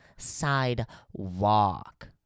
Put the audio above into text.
sidewalk